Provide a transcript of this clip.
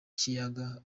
kiyaga